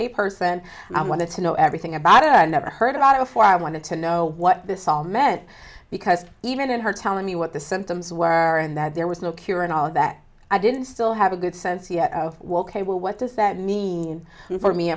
a person and i wanted to know everything about it i never heard a lot of what i wanted to know what this all meant because even in her telling me what the symptoms were and that there was no cure and all that i didn't still have a good sense yet of what cable what does that mean for me